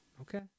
Okay